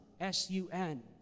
S-U-N